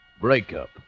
Breakup